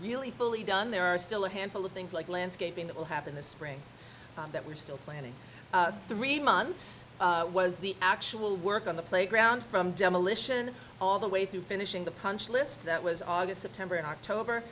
really fully done there are still a handful of things like landscaping that will happen this spring that we're still planning three months was the actual work on the playground from demolition all the way through finishing the punch list that was august september and october